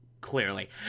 clearly